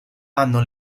hanno